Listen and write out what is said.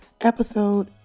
episode